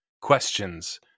questions